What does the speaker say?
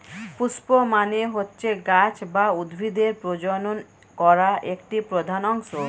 পুস্প মানে হচ্ছে গাছ বা উদ্ভিদের প্রজনন করা একটি প্রধান অংশ